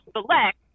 select